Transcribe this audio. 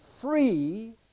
free